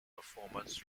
performance